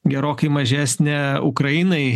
gerokai mažesnė ukrainai